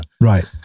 Right